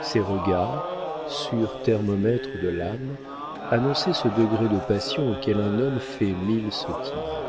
ses regards sûr thermomètre de l'âme annonçaient ce degré de passion auquel un homme fait mille sottises